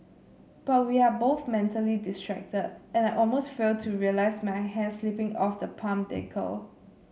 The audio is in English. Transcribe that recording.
but we are both mentally distracted and I almost fail to realise my hand slipping off the palm decal